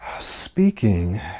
speaking